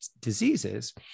diseases